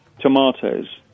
tomatoes